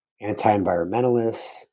anti-environmentalists